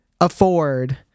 afford